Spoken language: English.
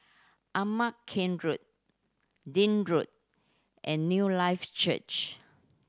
Ama Keng Road Road and Newlife Church